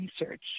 Research